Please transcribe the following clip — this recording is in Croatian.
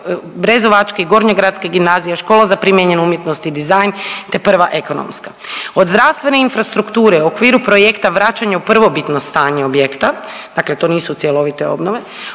Brezovački, Gornjogradska gimnazija, Škola za primijenjenu umjetnost i dizajn te I. Ekonomska. Od zdravstvene infrastrukture u okviru projekta vraćanje u prvobitno stanje objekta, dakle to nisu cjelovite obnove,